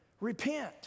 Repent